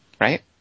Right